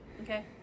okay